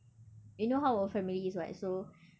you know how our family is what so